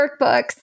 workbooks